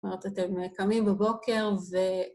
‫זאת אומרת, אתם קמים בבוקר ו...